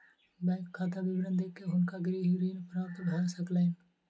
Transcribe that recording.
bank खाता विवरण देख के हुनका गृह ऋण प्राप्त भ सकलैन